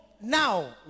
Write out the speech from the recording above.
now